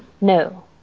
No